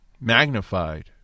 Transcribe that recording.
magnified